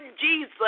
Jesus